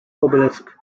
obelisk